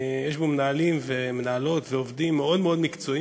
יש בו מנהלים ומנהלות ועובדים מאוד מאוד מקצועיים